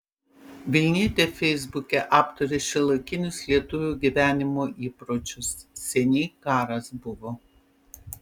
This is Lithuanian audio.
vilnietė feisbuke aptarė šiuolaikinius lietuvių gyvenimo įpročius seniai karas buvo